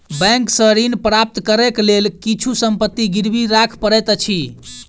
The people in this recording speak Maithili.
बैंक सॅ ऋण प्राप्त करै के लेल किछु संपत्ति गिरवी राख पड़ैत अछि